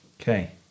Okay